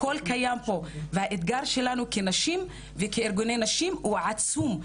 הכול קיים פה והאתגר שלנו כנשים וכארגוני נשים הוא עצום,